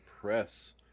Press